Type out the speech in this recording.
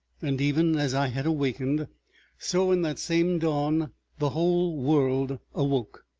and even as i had awakened so in that same dawn the whole world awoke.